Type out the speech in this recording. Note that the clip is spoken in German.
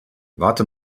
warte